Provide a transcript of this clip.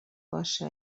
باشه